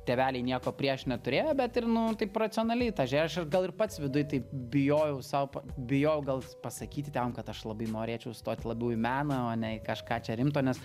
tėveliai nieko prieš neturėjo bet ir nu taip racionaliai tą žiūrėjo aš gal ir pats viduj taip bijojau sau bijojau gal pasakyti tėvam kad aš labai norėčiau stoti labiau į meną o ne į kažką čia rimto nes